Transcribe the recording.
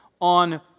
on